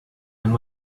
and